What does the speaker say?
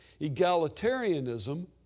Egalitarianism